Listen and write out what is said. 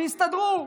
שיסתדרו.